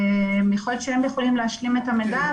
יכול להיות שהם יכולים להשלים את המידע,